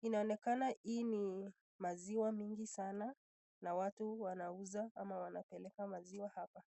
Inaonekana hii ni maziwa mingi sana, na watu wanauza ama wanapeleka maziwa hapa.